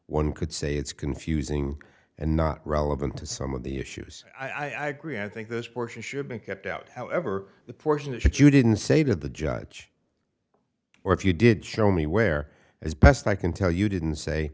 one could say it's confusing and not relevant to some of the issues i agree i think those portions shouldn't get out however the portion that you didn't say to the judge or if you did show me where as best i can tell you didn't say